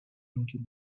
into